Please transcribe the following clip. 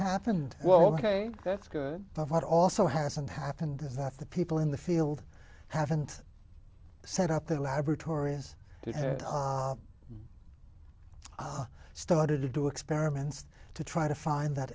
happened well like a that's good but what also hasn't happened is that the people in the field haven't set up their laboratories and started to do experiments to try to find that